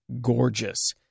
gorgeous